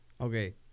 Okay